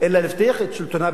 את שלטונה בקדנציה הזו,